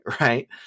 right